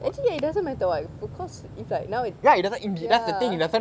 actually it doesn't matter what for cause if like now it ya